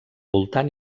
voltant